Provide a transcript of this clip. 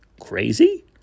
crazy